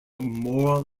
moral